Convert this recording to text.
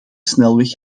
snelweg